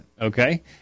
Okay